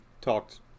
talked